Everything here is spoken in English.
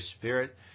spirit